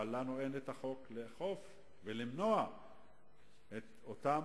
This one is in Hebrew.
אבל לנו אין אפשרות לאכוף ולמנוע את אותם